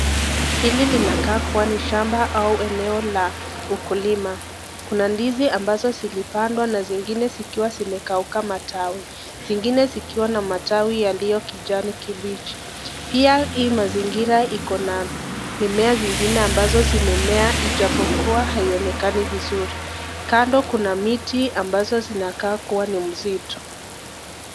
Hili linakaa kuwa ni shamba au eneo la ukulima. Kuna ndizi ambazo zilipandwa na zingine zikiwa zimekauka matawi, zingine zikiwa na matawi yaliyo kijani kibichi. Pia hii mazingira ikona mimea zingine ambazo zimemea ijapokuwa haionekani vizuri. Kando kuna miti ambazo zinakaa kuwa ni msitu.